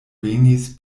venis